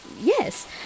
Yes